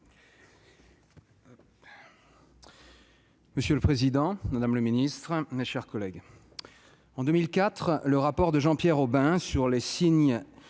Monsieur le président, madame le ministre, mes chers collègues, en 2004, le rapport de Jean-Pierre Obin sur les signes